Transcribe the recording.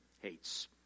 hates